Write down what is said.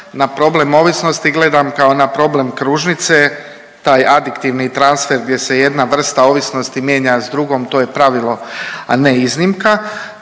Na problem ovisnosti gledam kao na problem kružnice, taj adiktivni transfer gdje se jedna vrsta ovisnosti mijenja s drugom to je pravilo, a ne iznimka